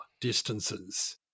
distances